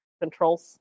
controls